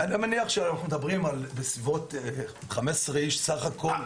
אני מניח שאנחנו מדברים על סביבות 15 איש סך הכל.